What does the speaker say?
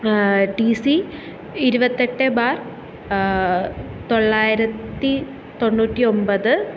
T C ഇരുപത്തെട്ട് bar തൊള്ളായിരത്തി തൊണ്ണൂറ്റി ഒൻപത്